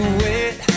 wait